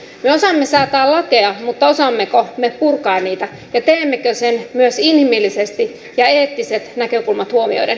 me osaamme säätää lakeja mutta osaammeko me purkaa niitä ja teemmekö sen myös inhimillisesti ja eettiset näkökulmat huomioiden